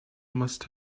must